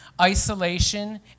isolation